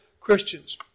Christians